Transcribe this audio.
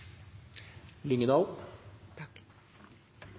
Lyngedal